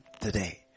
today